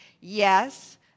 yes